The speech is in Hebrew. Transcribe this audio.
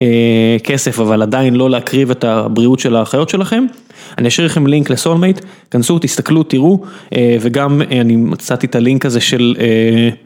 כסף אבל עדיין לא להקריב את הבריאות של החיות שלכם אני אשאיר לכם לינק לסול מייט כנסו תסתכלו תראו וגם אני מצאתי את הלינק הזה של.